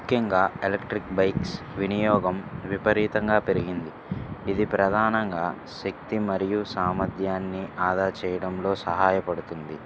ముఖ్యంగా electric bikes వినియోగం విపరీతంగా పెరిగింది ఇది ప్రధానంగా శక్తి మరియు సామర్థ్యాన్ని ఆదా చేయడంలో సహాయపడుతుంది